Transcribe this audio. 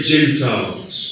Gentiles